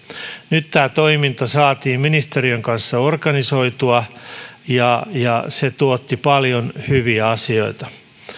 nyt tämä toiminta saatiin ministeriön kanssa organisoitua ja se tuotti paljon hyviä asioita